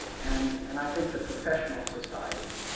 and and i think the professional societies,